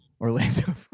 Orlando